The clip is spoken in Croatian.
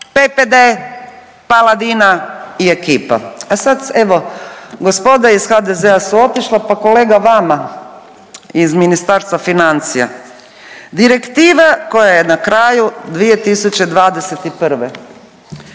PPD, Paladina i ekipa, a sad evo gospoda iz HDZ-a su otišla, pa kolega vama iz Ministarstva financija, direktiva koja je na kraju 2021.,